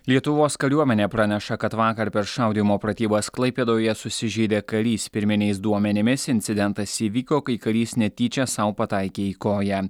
lietuvos kariuomenė praneša kad vakar per šaudymo pratybas klaipėdoje susižeidė karys pirminiais duomenimis incidentas įvyko kai karys netyčia sau pataikė į koją